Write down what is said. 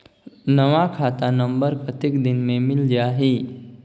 नवा खाता नंबर कतेक दिन मे मिल जाही?